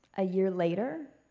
a year later,